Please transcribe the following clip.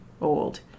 old